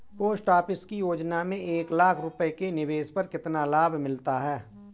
Post office की योजना में एक लाख रूपए के निवेश पर कितना लाभ मिलता है?